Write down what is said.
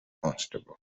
constable